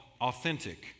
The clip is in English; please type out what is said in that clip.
Authentic